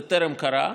זה טרם קרה.